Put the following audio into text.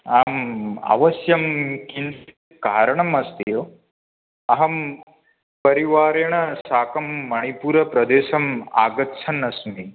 आम् अवश्यं किं कारणम् अस्ति अहं परिवारेण साकं मणिपुरप्रदेशम् आगच्छन्नस्मि